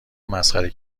مسخره